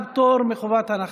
ההצעה קיבלה פטור מחובת הנחה,.